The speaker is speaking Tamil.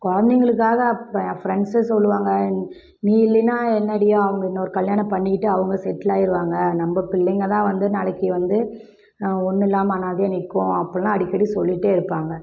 கொழந்தைங்களுக்காக அப்போ ஏன் ஃப்ரெண்ட்ஸ்ஸும் சொல்லுவாங்க என் நீ இல்லைன்னா என்னடி அவங்க இன்னொரு கல்யாணம் பண்ணிக்கிட்டு அவங்க செட்டிலாயிருவாங்க நம்ப பிள்ளைங்கதான் வந்து நாளைக்கு வந்து ஒன்றும் இல்லாமல் அனாதயாக நிற்கும் அப்படிலாம் அடிக்கடி சொல்லிகிட்டே இருப்பாங்க